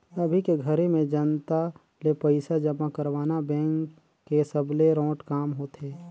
अभी के घरी में जनता ले पइसा जमा करवाना बेंक के सबले रोंट काम होथे